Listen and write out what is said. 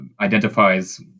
identifies